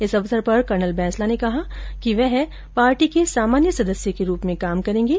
इस अवसर पर कर्नल बैंसला ने कहा कि वह पार्टी के सामान्य सदस्य के रूप में काम करेंगे